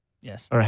Yes